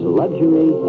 luxury